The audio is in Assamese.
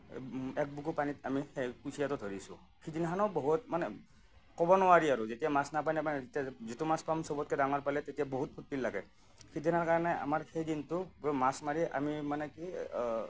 এক বুকু পানীত আমি সেই কুচিয়াটো ধৰিছোঁ সিদিনাখনো বহুত মানে ক'ব নোৱাৰি আৰু যেতিয়া মাছ নাপাই নাপাই যেতিয়া যিটো মাছ পাম সবতকৈ ডাঙৰ পালে তেতিয়া বহুত ফূৰ্তি লাগে সিদিনাৰ কাৰণে আমাৰ সেই দিনটো পূৰা মাছ মাৰি আমি মানে কি